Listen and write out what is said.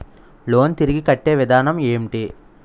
Loan తిరిగి కట్టే విధానం ఎంటి?